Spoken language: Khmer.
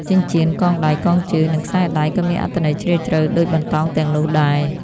ចិញ្ចៀន កងដៃ កងជើង និងខ្សែដៃក៏មានអត្ថន័យជ្រាលជ្រៅដូចបន្តោងទាំងនោះដែរ។